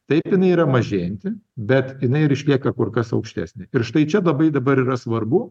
taip jinai yra mažėjanti bet jinai ir išlieka kur kas aukštesnė ir štai čia labai dabar yra svarbu